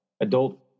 adult